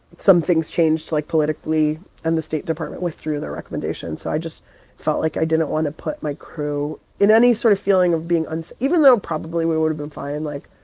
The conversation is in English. some things changed, like, politically, and the state department withdrew the recommendation. so i just felt like i didn't want to put my crew in any sort of feeling of being unsafe. even though probably we would've been fine, like,